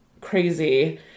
crazy